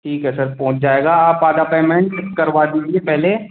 ठीक है सर पहुंच जाएगा आप आधा पेमेंट करवा दीजिए पहले